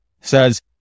says